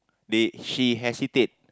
they she hesitate